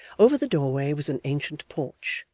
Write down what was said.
over the doorway was an ancient porch,